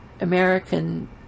American